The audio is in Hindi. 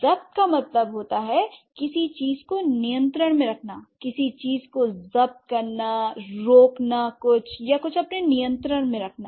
जब्त का मतलब है किसी चीज को नियंत्रण में रखना किसी चीज को जब्त करना रोकना कुछ या कुछ अपने नियंत्रण में रखना